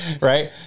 Right